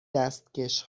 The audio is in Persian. دستکش